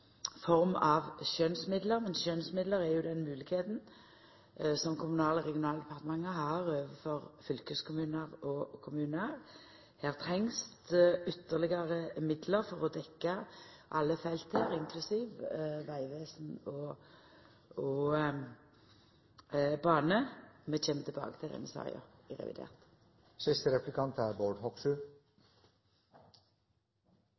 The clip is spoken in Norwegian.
form av skjønnsmidlar, men skjønnsmidlar er jo den moglegheita som Kommunal- og regionaldepartementet har overfor fylkeskommunar og kommunar. Her trengst ytterlegare midlar for å dekkja alle felt, inklusiv vegvesen og bane. Vi kjem tilbake til denne saka i revidert.